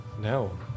No